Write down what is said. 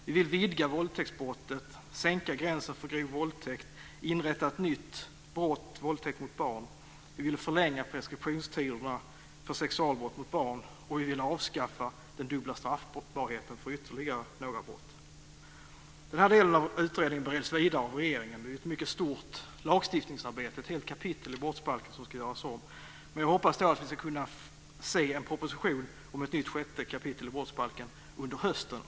Vi vill vidga våldtäktsbrottet, sänka gränsen för grov våldtäkt, inrätta ett nytt brott - våldtäkt mot barn, förlänga preskriptionstiderna för sexualbrott mot barn och avskaffa den dubbla straffbarheten för ytterligare några brott. Den här delen av utredningen bereds vidare av regeringen. Det är ett mycket stort lagstiftningsarbete. Det är ett helt kapitel i brottsbalken som ska göras om. Jag hoppas att vi ska kunna få se en proposition om ett nytt 6 kap. i brottsbalken under hösten.